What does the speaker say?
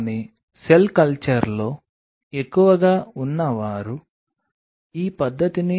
అణువు మరియు ఆకు చాలా లేదా కనిష్టంగా ఉంటుంది